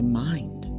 mind